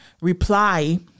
reply